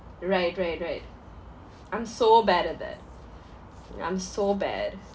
right right right I'm so bad at that ya I'm so bad